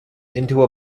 into